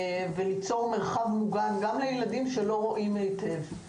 וליצור מרחב מוגן גם לילדים שלא רואים היטב,